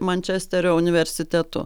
mančesterio universitetu